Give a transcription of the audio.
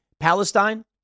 Palestine